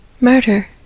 Murder